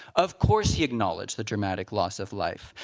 of course, he acknowledged the dramatic loss of life.